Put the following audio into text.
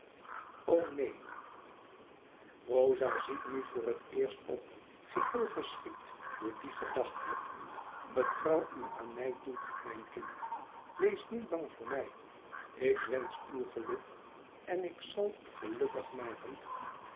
o neen rosa ziet nu voor het eerst op geheel verschrikt door die gedachte vertrouw u aan mij toe mijn kind wees niet bang voor mij ik wensch uw geluk en ik zal u gelukkig maken